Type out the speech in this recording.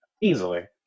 Easily